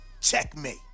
checkmate